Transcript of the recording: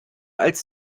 als